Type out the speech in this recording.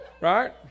Right